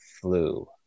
flu